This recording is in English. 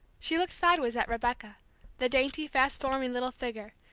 she looked sideways at rebecca the dainty, fast-forming little figure,